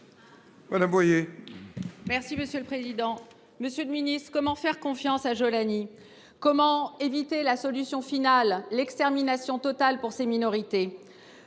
Valérie Boyer, pour la réplique. Monsieur le ministre, comment faire confiance à Jolani ? Comment éviter la solution finale, l’extermination totale de ces minorités